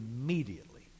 immediately